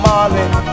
Marley